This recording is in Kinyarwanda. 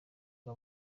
rwa